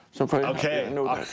Okay